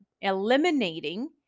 eliminating